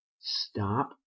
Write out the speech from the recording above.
stop